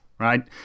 Right